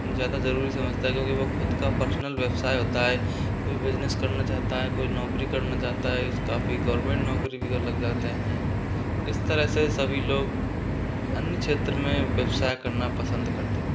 ज़्यादा जरुरी समझता है क्योंकि वो खुद का पर्सनल व्यवसाय होता है कोई बिज़नेस करना चाहता है कोई नौकरी करना चाहता है काफ़ी गवर्नमेंट नौकरी भी कर लग जाते हैं इस तरह से सभी लोग अन्य क्षेत्र में व्यवसाय करना पसंद करते हैं